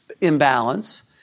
imbalance